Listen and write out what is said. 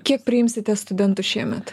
kiek priimsite studentų šiemet